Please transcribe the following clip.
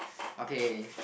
okay